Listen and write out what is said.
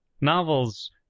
novels